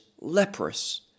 leprous